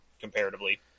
comparatively